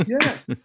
yes